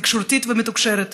תקשורתית ומתוקשרת,